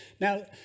Now